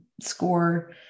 score